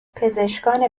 پزشکان